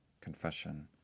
confession